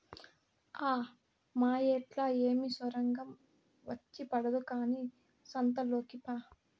ఆ మాయేట్లా ఏమి సొరంగం వచ్చి పడదు కానీ సంతలోకి పా